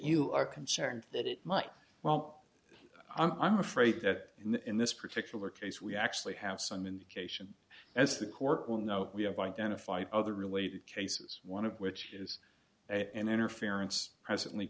you are concerned that it might well i'm afraid that in this particular case we actually have some indication as the court will know we have identified other related cases one of which is an interference presently